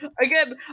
again